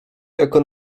jako